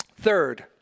Third